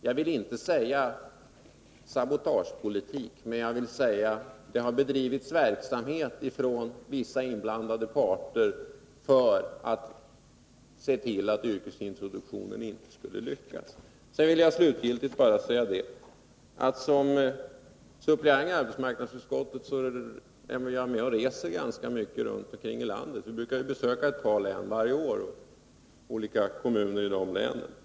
Jag vill inte säga att det har bedrivits sabotagepolitik, men vissa inblandade parter har bedrivit verksamhet som syftat till att yrkesintroduktionen inte skulle lyckas. Slutligen vill jag säga att jag som suppleant i arbetsmarknadsutskottet är med och reser ganska mycket runt om i landet. Vi brukar varje år besöka ett par län och olika kommuner i de länen.